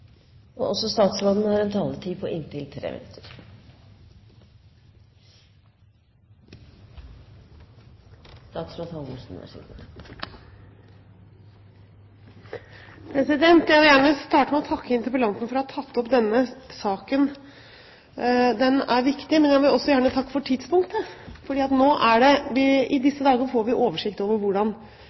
Jeg vil gjerne starte med å takke interpellanten for å ha tatt opp denne saken. Den er viktig. Jeg vil også takke for tidspunktet, for i disse dager får vi oversikt over hvordan situasjonen ser ut. Det betyr at vi har fått denne interpellasjonen i forkant av at vi begynner å se på hva som er problemstillingene rundt hvordan